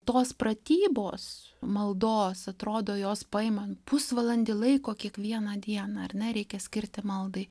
tos pratybos maldos atrodo jos paima pusvalandį laiko kiekvieną dieną ar ne reikia skirti maldai